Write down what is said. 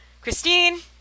Christine